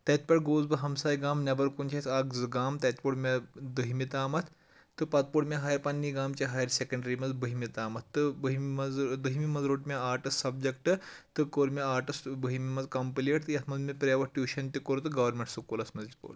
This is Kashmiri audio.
تَتہِ پٮ۪ٹھ گوٚوُس بہٕ ہمساے گام نٮ۪بَر کُن چھِ اَسہِ اَکھ زٕ گام تَتہِ پوٚر مےٚ دٔہمہِ تام تہٕ پَتہٕ پوٚر مےٚ ہاے پنٛنے گامہٕ چہِ ہایر سٮ۪کنڈرٛی منٛز بٔہمہِ تامَتھ تہٕ بٔہمہِ منٛز دٔہمہِ منٛز روٚٹ مےٚ آرٹٕس سَبجکٹ تہٕ کوٚر مےٚ آرٹٕس بٔہمہِ منٛز کَمپٕلیٖٹ تہٕ یَتھ منٛز مےٚ پرٛیوَٹ ٹیوٗشَن تہِ کوٚر تہٕ گورنمیٚنٹ سکوٗلَس منٛز تہِ پوٚر